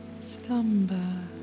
slumber